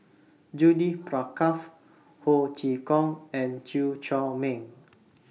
Judith Prakash Ho Chee Kong and Chew Chor Meng